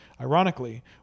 Ironically